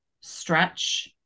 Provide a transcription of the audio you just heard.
stretch